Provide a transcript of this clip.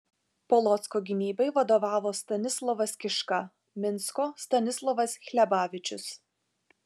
polocko gynybai vadovavo stanislovas kiška minsko stanislovas hlebavičius